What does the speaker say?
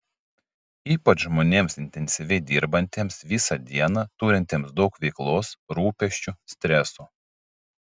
ypač žmonėms intensyviai dirbantiems visą dieną turintiems daug veiklos rūpesčių streso